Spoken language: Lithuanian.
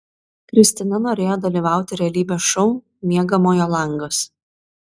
kristina norėjo dalyvauti realybės šou miegamojo langas